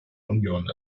union